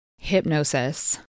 hypnosis